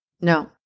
no